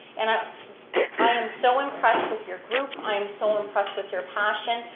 and ah i am so impressed with your group, i'm so impressed with your passion.